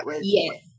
Yes